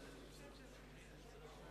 אדוני היושב-ראש,